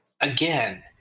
again